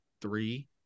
three